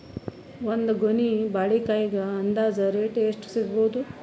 ಒಂದ್ ಗೊನಿ ಬಾಳೆಕಾಯಿಗ ಅಂದಾಜ ರೇಟ್ ಎಷ್ಟು ಸಿಗಬೋದ?